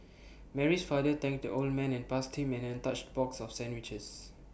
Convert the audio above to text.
Mary's father thanked the old man and passed him an untouched box of sandwiches